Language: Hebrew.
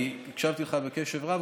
כי הקשבתי לך בקשב רב.